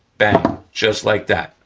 bang. just like that,